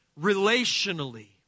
relationally